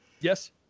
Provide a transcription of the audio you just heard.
Yes